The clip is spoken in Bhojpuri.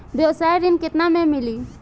व्यवसाय ऋण केतना ले मिली?